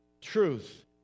truth